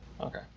Okay